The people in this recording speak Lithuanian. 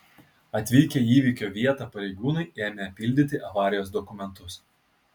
atvykę į įvykio vietą pareigūnai ėmė pildyti avarijos dokumentus